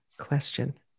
question